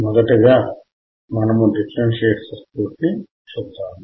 మొదటిగా మనము differentiator circuit ని చూద్దాము